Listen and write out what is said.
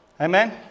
Amen